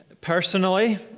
personally